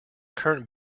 current